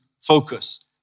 focus